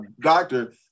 doctor